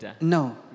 No